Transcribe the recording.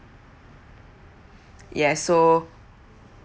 yes so